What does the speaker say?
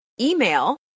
email